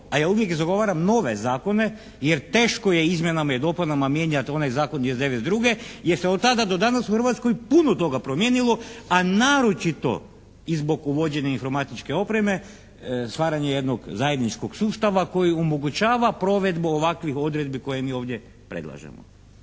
a ja uvijek zagovaram nove zakone jer teško je izmjenama i dopunama mijenjati onaj zakon iz 1992. jer se od tada do danas u Hrvatskoj puno toga promijenilo, a naročito i zbog uvođenja informatičke opreme, stvaranja jednog zajedničkog sustava koji omogućava provedbu ovakvih odredbi koje mi ovdje predlažemo.